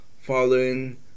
following